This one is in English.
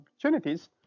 opportunities